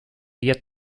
yet